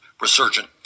Resurgent